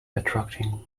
attracting